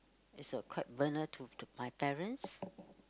is a quite burden to to my parents